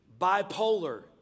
bipolar